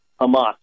Hamas